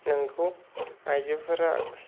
नंगौ आइजोफोरा